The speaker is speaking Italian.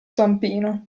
zampino